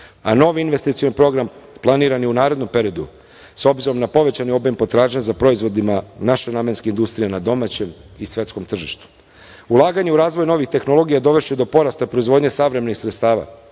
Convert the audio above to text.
a novi investicioni program planiran je u narednom periodu, s obzirom na povećani obim potražnje za proizvodima naše namenske industrije na domaćem i svetskom tržištu. Ulaganje u razvoj novih tehnologija dovešće do porasta proizvodnje savremenih sredstava.